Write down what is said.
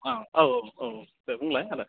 आह औ औ औ दे बुंलाय आदा